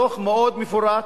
דוח מאוד מפורט,